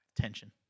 Tension